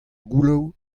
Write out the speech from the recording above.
gouloù